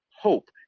hope